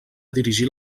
dirigir